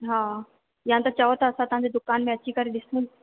हा या त चओ त असां तव्हांजी दुकानु में अची करे ॾिसूं